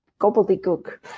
gobbledygook